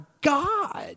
God